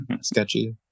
sketchy